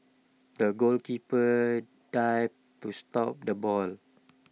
the goalkeeper dived to stop the ball